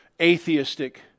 atheistic